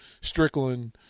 Strickland